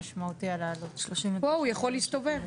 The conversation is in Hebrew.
פה הוא יכול להסתובב.